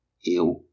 eu